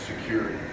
security